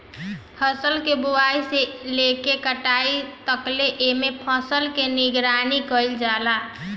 फसल के बोआई से लेके कटाई तकले एमे फसल के निगरानी कईल जाला